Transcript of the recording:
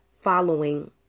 following